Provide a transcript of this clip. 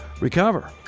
recover